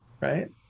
right